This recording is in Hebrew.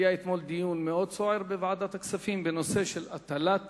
אתמול היה דיון מאוד סוער בוועדת הכספים בנושא הטלת